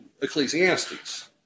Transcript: Ecclesiastes